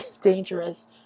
dangerous